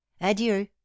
adieu